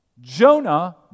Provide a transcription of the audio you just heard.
Jonah